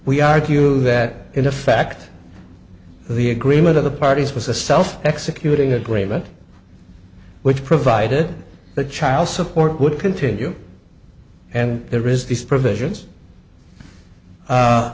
we argue that in effect the agreement of the parties was a self executing agreement which provided the child support would continue and resist provisions